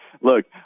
Look